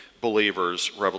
believer's